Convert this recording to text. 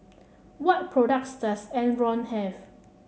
what products does Enervon have